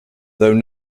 though